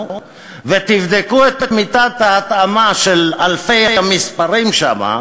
ותבדקו את מידת ההתאמה של אלפי המספרים שם,